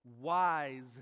wise